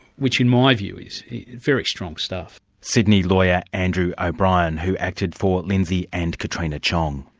which in my view is very strong stuff. sydney lawyer, andrew o'brien, who acted for lindsay and katrina tjiong